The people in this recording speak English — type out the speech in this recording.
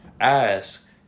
ask